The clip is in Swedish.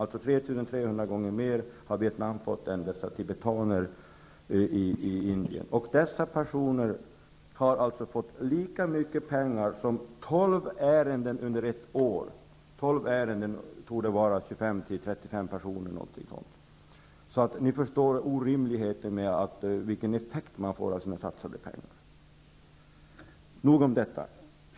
Det är 3 300 gånger mer till Vietnam än till dessa tibetaner i Indien. Dessa personer har fått lika mycket pengar som tolv ärenden under ett år i Sverige; det torde omfatta 25--35 personer. Ni förstår vilken orimligt dålig effekt vi får på våra satsade pengar. Nog om detta.